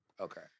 Okay